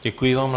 Děkuji vám.